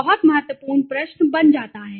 बहुत महत्वपूर्ण प्रश्न बन जाता है